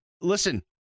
listen